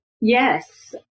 Yes